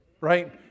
right